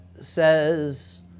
says